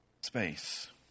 space